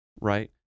right